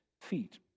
feet